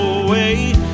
away